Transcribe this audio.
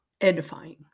edifying